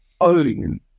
own